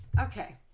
Okay